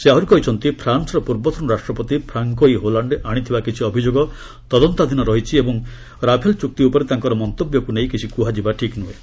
ସେ ଆହୁରି କହିଛନ୍ତି ଯେ ଫ୍ରାନ୍ୱର ପୂର୍ବତନ ରାଷ୍ଟ୍ରପତି ଫ୍ରାନକୋଇ ହୋଲାଣ୍ଡେ ଆଣିଥିବା କିଛି ଅଭିଯୋଗ ତଦନ୍ତାଧୀନ ରହିଛି ଏବଂ ରାଇଫଲ ଚୁକ୍ତି ଉପରେ ତାଙ୍କର ମନ୍ତବ୍ୟକୁ ନେଇ କିଛି କୁହାଯିବା ଠିକ୍ ନୁହେଁ